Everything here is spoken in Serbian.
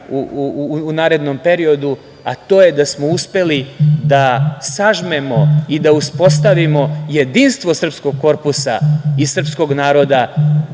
u narednom periodu, a to je da smo uspeli da sažmemo i da uspostavimo jedinstvo srpskog korpusa i srpskog naroda,